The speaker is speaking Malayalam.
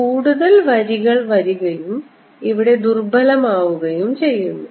അതിനാൽ കൂടുതൽ വരികൾ വരികയും ഇവിടെ ദുർബലമാവുകയും ചെയ്യുന്നു